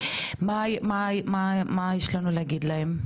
מה יש לנו להגיד להם?